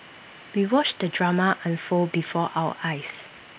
we watched the drama unfold before our eyes